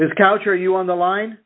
this couch are you on the line